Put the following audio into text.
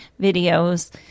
videos